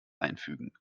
einfügen